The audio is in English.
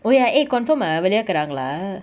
oh ya eh confirm ah வெளியாகுராங்களா:veliyaakuraangala